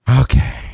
Okay